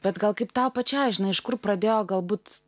bet gal kaip tau pačiai žinai iš kur pradėjo galbūt